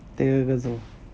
terrazzo